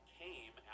came